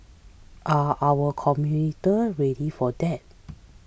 are our commuter ready for that